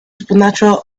supernatural